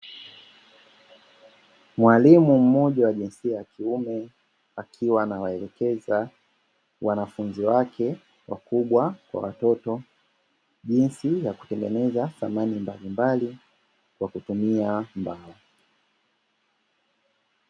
Mwalimu mmoja wa jinsia ya kiume akiwa nawaelekeza wanafunzi wake wakubwa kwa watoto, jinsi ya kutengeneza samani mbalimbali kwa kutumia mbao.